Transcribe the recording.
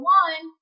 one